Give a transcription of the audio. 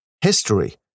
history